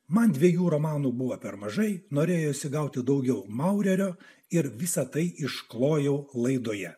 man dviejų romanų buvo per mažai norėjosi gauti daugiau maurerio ir visa tai išklojau laidoje